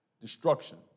destruction